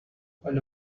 حالا